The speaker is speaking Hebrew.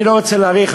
אני לא רוצה להאריך,